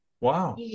Wow